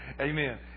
Amen